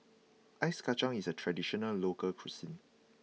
Ice Kacang is a traditional local cuisine